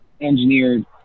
engineered